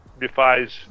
defies